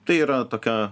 tai yra tokia